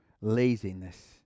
laziness